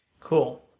Cool